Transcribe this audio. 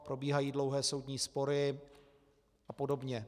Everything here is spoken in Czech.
Probíhají dlouhé soudní spory a podobně.